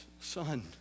Son